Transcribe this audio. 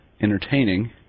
entertaining